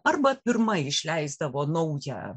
arba pirma išleisdavo naują